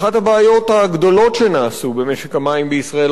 אחת הבעיות הגדולות שנעשו במשק המים בישראל,